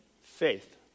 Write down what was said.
faith